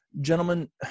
Gentlemen